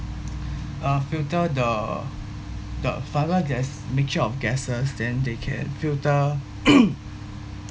uh filter the the gas mixture of gases then they can filter